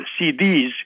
CDs